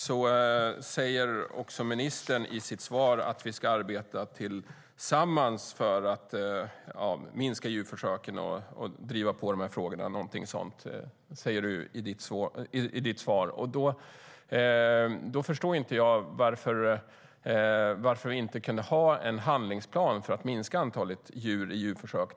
Ministern sa i sitt interpellationssvar att vi ska arbeta tillsammans för att minska djurförsöken och driva på de här frågorna. Då förstår inte jag varför vi inte skulle kunna ha en handlingsplan för att minska antalet djur i djurförsök.